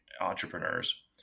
entrepreneurs